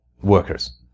workers